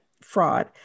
fraud